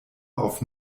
auf